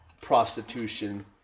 prostitution